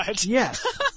Yes